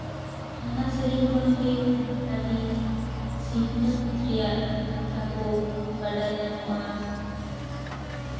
ᱚᱱᱟ ᱥᱮᱨᱮᱧ ᱠᱷᱚᱱ ᱜᱮ ᱟᱹᱰᱤ ᱥᱤᱠᱷᱱᱟᱹᱛ ᱨᱮᱭᱟᱜ ᱠᱟᱛᱷᱟ ᱠᱚ ᱵᱟᱰᱟᱭ ᱧᱟᱢᱚᱜᱼᱟ